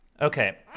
Okay